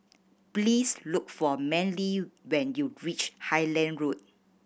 please look for Manly when you reach Highland Road